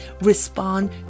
respond